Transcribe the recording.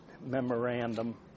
memorandum